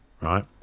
right